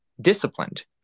disciplined